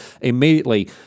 immediately